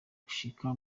gushika